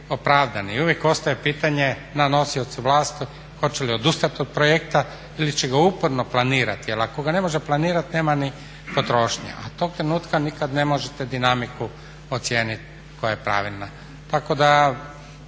i uvijek ostaje pitanje na nosiocu vlasti hoće li odustati od projekta ili će ga uporno planirati. Jer ako ga ne može planirati nema ni potrošnje. A tog trenutka nikad ne možete dinamiku ocijeniti koja je pravilna.